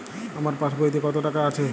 আমার পাসবইতে কত টাকা আছে?